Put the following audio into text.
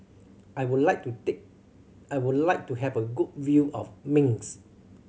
I would like to take I would like to have a good view of Minsk